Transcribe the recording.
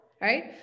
right